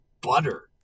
butter